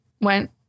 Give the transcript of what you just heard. went